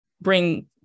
bring